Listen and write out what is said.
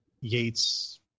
Yates